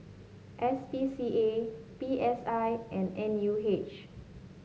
S P C A P S I and N U H